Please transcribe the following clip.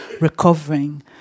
recovering